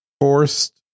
forced